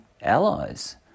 allies